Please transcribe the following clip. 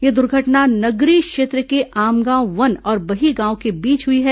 यह दुर्घटना नगरी क्षेत्र के आमगांव वन और बहीगांव के बीच हुई है